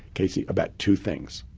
casey, about two things.